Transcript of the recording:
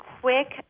quick